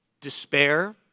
Despair